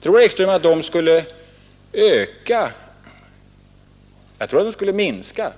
Tror herr Ekström att de skulle öka om skattesatserna blev mycket höga? Nej, i stället skulle